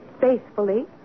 faithfully